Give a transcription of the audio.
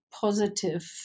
positive